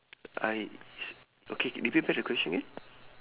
I okay repeat back the question again